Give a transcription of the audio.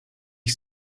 ich